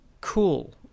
cool